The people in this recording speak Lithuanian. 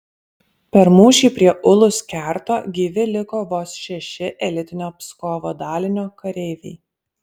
per mūšį prie ulus kerto gyvi liko vos šeši elitinio pskovo dalinio kareiviai